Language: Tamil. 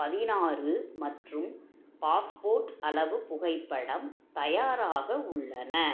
பதினாறு மற்றும் பாஸ்போர்ட் அளவு புகைப்படம் தயாராக உள்ளன